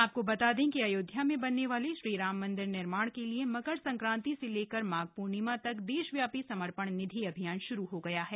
आपको बता दें कि अयोध्या में बनने वाले श्रीराम मंदिर निर्माण के लिए मकर सक्रांति से लेकर माघ पूर्णिमा तक देशव्यापी समर्पण निधि अभियान श्रू हो गया है